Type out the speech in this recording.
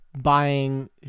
buying